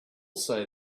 say